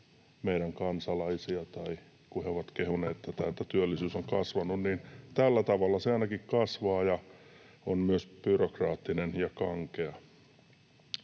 meidän kansalaisia. Kun he ovat kehuneet, että työllisyys on kasvanut, niin tällä tavalla se ainakin kasvaa, ja tämä on myös byrokraattinen ja kankea.